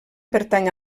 pertany